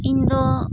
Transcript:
ᱤᱧ ᱫᱚ